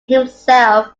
himself